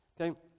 Okay